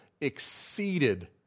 exceeded